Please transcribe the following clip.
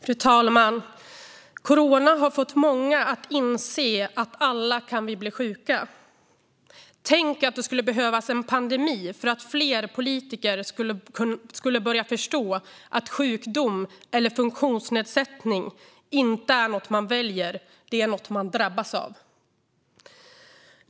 Fru talman! Corona har fått många att inse att vi alla kan bli sjuka. Tänk att det skulle behövas en pandemi för att fler politiker skulle börja förstå att sjukdom eller funktionsnedsättning inte är något man väljer utan är något man drabbas av!